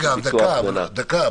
יואב,